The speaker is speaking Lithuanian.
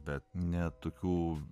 bet ne tokių